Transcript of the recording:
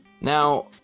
Now